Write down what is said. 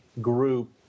group